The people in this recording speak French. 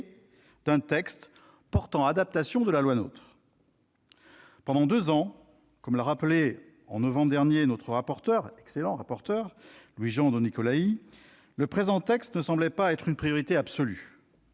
d'un texte portant adaptation de la loi NOTRe. Pendant deux ans, comme l'a rappelé au mois de novembre dernier notre excellent rapporteur Louis-Jean de Nicolaÿ, le présent texte n'a pas semblé être une priorité absolue.